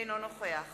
אינו נוכח